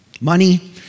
money